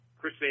Chris